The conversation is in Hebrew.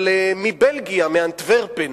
אבל מבלגיה, מאנטוורפן,